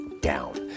down